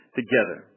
together